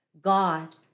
God